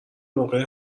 موقع